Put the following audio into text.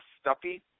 stuffy